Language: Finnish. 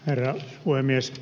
herra puhemies